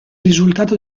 risultato